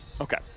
Okay